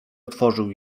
otworzył